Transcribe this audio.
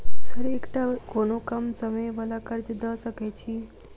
Sir एकटा कोनो कम समय वला कर्जा दऽ सकै छी?